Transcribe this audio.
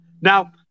Now